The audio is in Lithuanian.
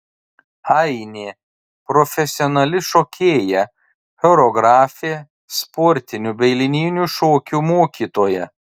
ainė profesionali šokėja choreografė sportinių bei linijinių šokių mokytoja